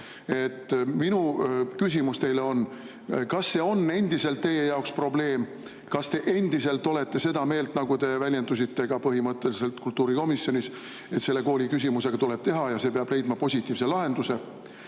Minu küsimus teile on: kas see on endiselt teie jaoks probleem? Kas te endiselt olete seda meelt, nagu te väljendusite põhimõtteliselt ka kultuurikomisjonis, et selle kooli küsimusega tuleb tegeleda ja see peab leidma positiivse lahenduse?